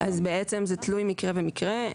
אז בעצם זה תלוי מקרה ומקרה.